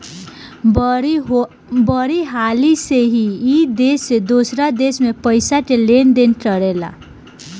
बड़ी हाली से ई देश से दोसरा देश मे पइसा के लेन देन करेला